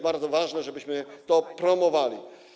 Bardzo ważne jest, żebyśmy to promowali.